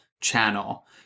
channel